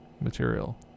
material